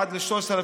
עד 3,000